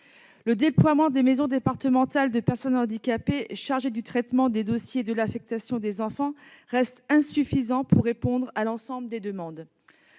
Le déploiement des maisons départementales des personnes handicapées, chargées du traitement des dossiers et de l'affectation des enfants, reste insuffisant pour répondre à l'ensemble des demandes.